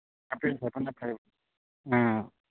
half pant ꯁꯦꯠꯄꯅ ꯐꯩ ꯎꯝ